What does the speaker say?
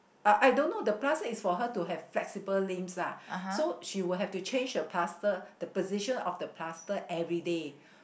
I I don't know the plaster is for her to have flexible limbs lah so she will have to change the plaster the position of the plaster everyday